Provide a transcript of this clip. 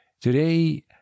Today